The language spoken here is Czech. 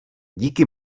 díky